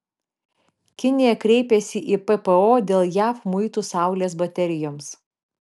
kinija kreipėsi į ppo dėl jav muitų saulės baterijoms